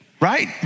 right